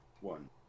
one